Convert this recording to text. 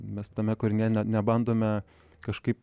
mes tame kurinyje ne nebandome kažkaip